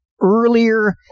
earlier